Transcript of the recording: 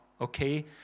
Okay